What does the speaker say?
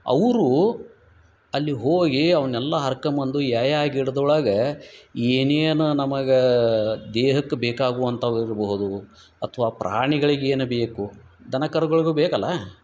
ಅವರು ಅಲ್ಲಿಗೆ ಹೋಗಿ ಅವನ್ನೆಲ್ಲ ಹರ್ಕ್ ಬಂದ ಯಾಯಾ ಗಿಡದೊಳಗ ಏನೇನು ನಮಗೆ ದೇಹಕ್ಕ ಬೇಕಾಗುವಂತಿರ್ಬಹುದು ಅಥ್ವಾ ಪ್ರಾಣಿಗಳಿಗೆ ಏನು ಬೇಕು ದನಕರುಗಳಿಗೂ ಬೇಕಲ್ಲ